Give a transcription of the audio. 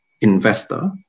investor